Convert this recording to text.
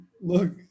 look